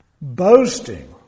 boasting